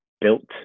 built